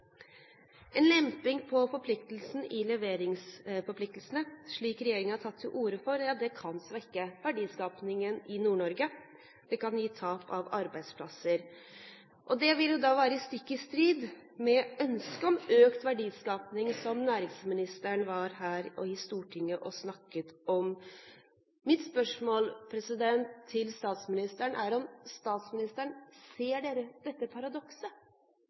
En lemping på forpliktelsene i leveringsforpliktelsene, slik regjeringen har tatt til orde for, kan svekke verdiskapingen i Nord-Norge, og det kan gi tap av arbeidsplasser. Det vil være stikk i strid med ønsket om økt verdiskaping, som næringsministeren var her i Stortinget og snakket om. Mitt spørsmål til statsministeren er: Ser statsministeren dette paradokset? Jeg ser det paradokset,